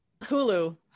Hulu